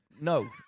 No